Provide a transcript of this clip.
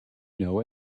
know